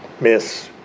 miss